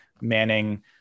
Manning